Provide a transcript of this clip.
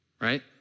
right